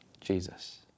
Jesus